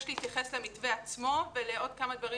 מבקשת להתייחס למתווה עצמו ולעוד כמה דברים